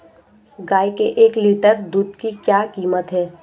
गाय के एक लीटर दूध की क्या कीमत है?